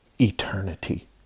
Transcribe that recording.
eternity